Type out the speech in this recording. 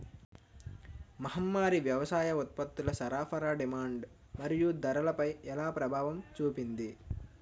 మహమ్మారి వ్యవసాయ ఉత్పత్తుల సరఫరా డిమాండ్ మరియు ధరలపై ఎలా ప్రభావం చూపింది?